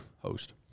host